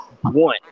one